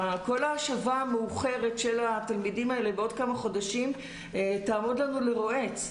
כל ההשבה המאוחרת של התלמידים האלה בעוד כמה חודשים תעמוד לנו לרועץ.